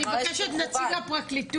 אני מבקשת את נציג הפרקליטות.